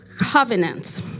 covenants